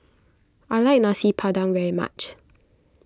I like Nasi Padang very much